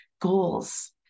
goals